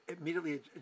immediately